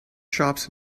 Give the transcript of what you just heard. shops